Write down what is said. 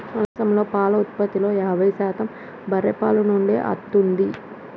మన దేశంలో పాల ఉత్పత్తిలో యాభై శాతం బర్రే పాల నుండే అత్తుంది